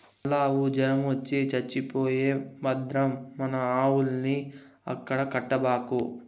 ఆల్లావు జొరమొచ్చి చచ్చిపోయే భద్రం మన ఆవుల్ని ఆడ కట్టబాకు